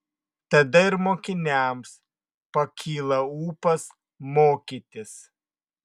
tada ir mokiniams pakyla ūpas mokytis